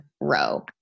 row